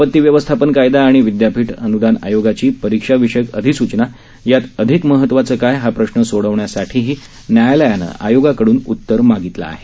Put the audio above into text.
आपती व्यवस्थापन कायदा आणि विद्यापीठ अनुदान आयोगाची परीक्षाविषयक अधिसूचना यात अधिक महत्वाचं काय हा प्रश्न सोडवण्यासाठीही न्यायालयानं आयोगाकडून उत्तर मागितलं आहे